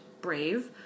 brave